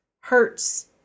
hurts